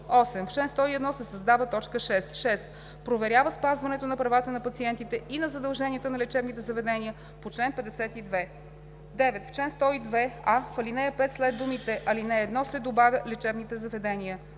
8. В чл. 101 се създава т. 6: „6. проверява спазването на правата на пациентите и на задълженията на лечебните заведения по чл. 52.“ 9. В чл. 102: а) в ал. 5 след думите „ал. 1“ се добавя „лечебните заведения“;